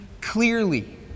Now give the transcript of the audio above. clearly